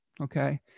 okay